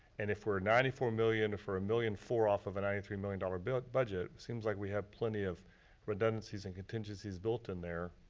and if we're ninety four million for a million four off of a ninety three million dollar budget, seems like we have plenty of redundancies and contingencies built in there,